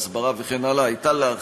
הסברה וכן הלאה,